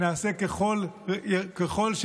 נעשה ככל שנרצה.